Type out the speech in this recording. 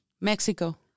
Mexico